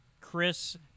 Chris